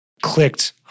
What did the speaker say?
clicked